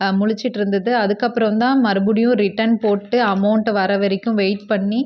முழிச்சுட்டிருந்தது அதுக்கப்புறம் தான் மறுபடியும் ரிட்டன் போட்டு அமௌண்ட்டு வர்ற வரைக்கும் வெயிட் பண்ணி